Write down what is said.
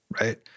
right